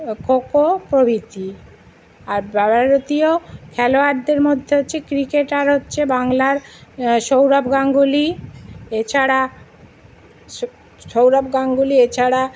ও খোখো প্রভৃতি আর ভারতীয় খেলোয়ারদের মধ্যে হচ্ছে ক্রিকেটার হচ্ছে বাংলার সৌরভ গাঙ্গুলি এছাড়া সৌরভ গাঙ্গুলি এছাড়া